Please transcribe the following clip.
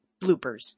bloopers